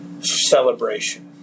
celebration